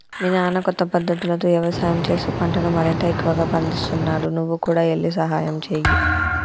మీ నాన్న కొత్త పద్ధతులతో యవసాయం చేస్తూ పంటను మరింత ఎక్కువగా పందిస్తున్నాడు నువ్వు కూడా ఎల్లి సహాయంచేయి